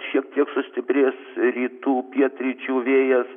šiek tiek sustiprės rytų pietryčių vėjas